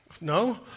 No